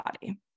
body